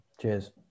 cheers